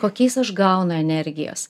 kokiais aš gaunu energijos